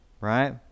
Right